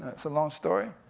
it's a long story.